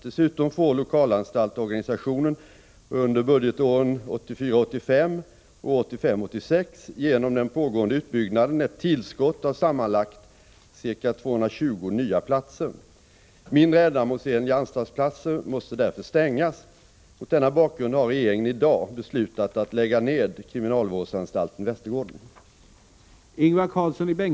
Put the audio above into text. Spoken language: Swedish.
Dessutom får lokalanstaltsorganisationen under budgetåren 1984 86 genom den pågående utbyggnaden ett tillskott av sammanlagt ca 220 nya platser. Mindre ändamålsenliga anstaltsplatser måste därför stängas. Mot denna bakgrund har regeringen i dag beslutat att lägga ned kriminalvårdsanstalten Västergården.